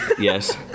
yes